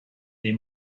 des